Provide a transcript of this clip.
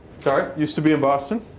sorry. used to be in boston.